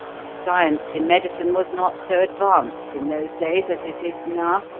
the science in medicine was not so advanced in those days as it is now,